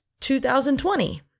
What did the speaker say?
2020